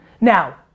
Now